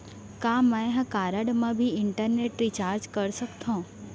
का मैं ह कारड मा भी इंटरनेट रिचार्ज कर सकथो